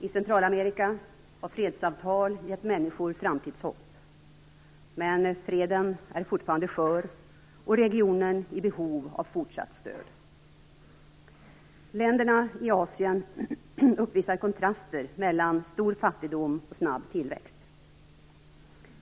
I Centralamerika har fredsavtal gett människor framtidshopp. Men freden är fortfarande skör och regionen i behov av fortsatt stöd. Länderna i Asien uppvisar kontraster mellan stor fattigdom och snabb tillväxt.